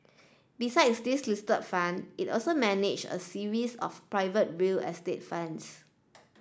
besides these listed fund it also manage a series of private real estate funds